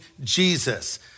Jesus